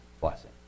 blessing